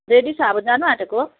ready छ अब जानुआँटेको